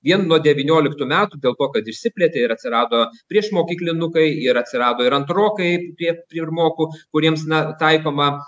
vien nuo devynioliktų metų dėl to kad išsiplėtė ir atsirado priešmokyklinukai ir atsirado ir antrokai prie pirmokų kuriems na taikoma